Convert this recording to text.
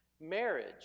marriage